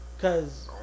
Cause